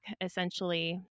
essentially